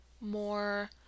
more